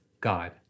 god